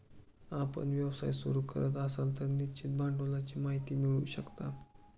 आपण व्यवसाय सुरू करत असाल तर निश्चित भांडवलाची माहिती मिळवू शकता